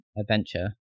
adventure